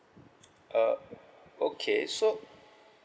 uh okay so